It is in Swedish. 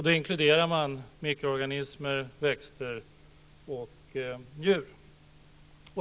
Då inkluderar man mikroorganismer, växter och djur.